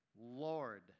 Lord